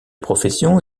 profession